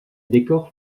décors